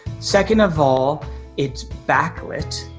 second of all it's backlit.